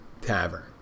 Tavern